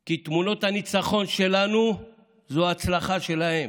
כי תמונות הניצחון שלנו הן ההצלחה שלהם.